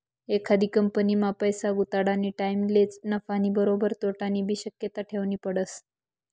एखादी कंपनीमा पैसा गुताडानी टाईमलेच नफानी बरोबर तोटानीबी शक्यता ठेवनी पडस